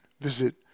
visit